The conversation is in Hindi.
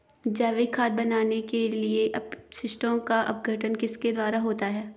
जैविक खाद बनाने के लिए अपशिष्टों का अपघटन किसके द्वारा होता है?